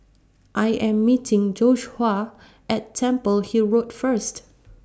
I Am meeting Joshuah At Temple Hill Road First